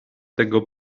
tego